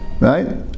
right